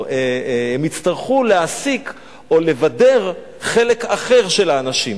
הם יצטרכו להעסיק או לבדר חלק אחר של האנשים.